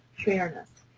fairness.